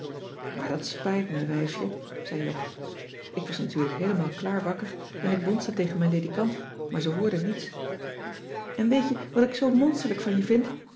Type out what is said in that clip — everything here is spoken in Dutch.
maar dat spijt me wijfje zei jog ik was natuurlijk heelemaal klaar wakker en ik bonsde tegen mijn ledikant maar ze hoorden niets en weet je wat ik zoo monsterlijk van je vind